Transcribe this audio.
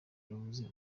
yavuze